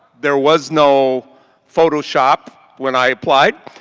there was no photo shop when i applied.